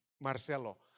Marcelo